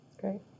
Great